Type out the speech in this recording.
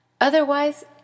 Otherwise